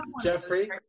Jeffrey